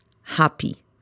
happy